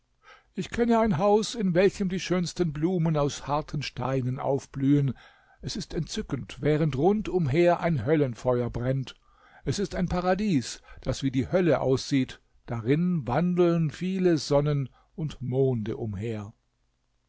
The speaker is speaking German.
ich kenne ein haus in welchem die schönsten blumen aus harten steinen aufblühen es ist entzückend während rund umher ein höllenfeuer brennt es ist ein paradies das wie die hölle aussieht darin wandeln viele sonnen und monde umher